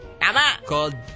called